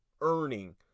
earning